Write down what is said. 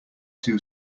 two